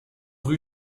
rue